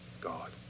God